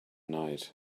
night